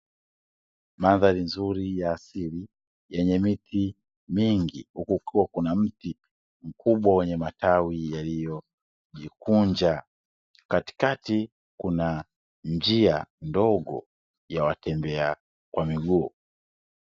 Mandhari nzuri ya asili yenye miti mingi huku kukiwa kuna mti mkubwa wenye matawi yaliyojikunja katikati kuna njia ndogo ya watembea kwa miguu.